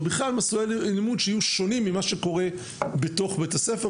ובכלל מסלולי לימוד שיהיו שונים ממה שקורה בתוך בית הספר,